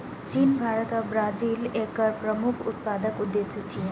चीन, भारत आ ब्राजील एकर प्रमुख उत्पादक देश छियै